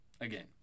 again